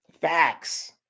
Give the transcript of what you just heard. facts